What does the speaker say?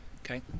Okay